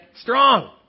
Strong